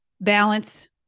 balance